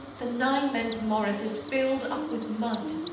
the nine men's morris is fill'd up with mud,